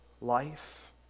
life